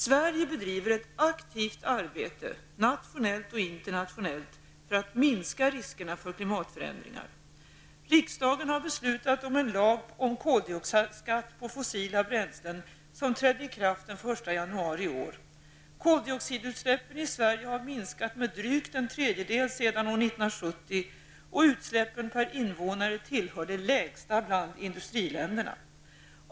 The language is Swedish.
Sverige bedriver ett aktivt arbete nationellt och internationellt för att minska riskerna för klimatförändringar. Riksdagen har beslutat om en lag om koldioxidskatt på fossila bränslen, som trädde i kraft den 1 januari i år. Koldioxidutsläppen i Sverige har minskat med drygt en tredjedel sedan år 1970, och utsläppen per invånare tillhör de lägsta bland industriländerna.